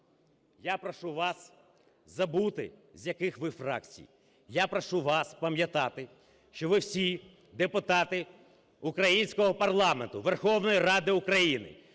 Я прошу вас забути, з яких ви фракцій. Я прошу вас пам'ятати, що ви всі депутати українського парламенту - Верховної Ради України.